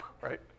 Right